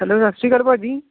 hello ਸਤਿ ਸ਼੍ਰੀ ਅਕਾਲ ਭਾਅ ਜੀ